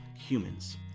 humans